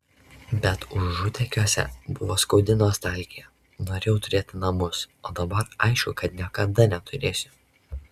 bet užutekiuose buvo skaudi nostalgija norėjau turėti namus o dabar aišku kad niekada neturėsiu